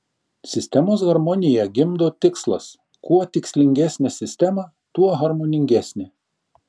sistemos harmoniją gimdo tikslas kuo tikslingesnė sistema tuo harmoningesnė